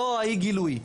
לא אי הגילוי.